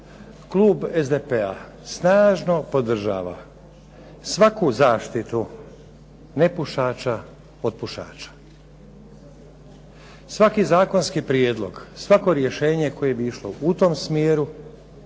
klub SDP-a snažno podržava svaku zaštitu nepušača od pušača. Svaki zakonski prijedlog, svako rješenje koje bi išlo u tom smjeru